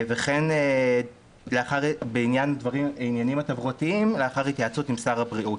וכן בעניין עניינים תברואתיים לאחר התייעצות עם שר הבריאות.